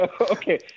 Okay